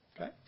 Okay